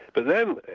but then,